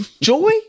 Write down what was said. Joy